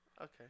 Okay